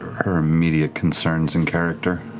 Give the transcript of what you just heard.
her immediate concerns and character.